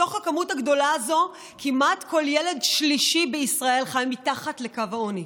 מתוך המספר הגדול הזה כמעט כל ילד שלישי בישראל חי מתחת לקו העוני.